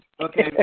Okay